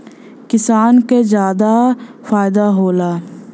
किसान क जादा फायदा होला